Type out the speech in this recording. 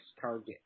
target